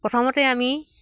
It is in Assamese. প্ৰথমতে আমি